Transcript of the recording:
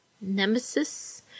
nemesis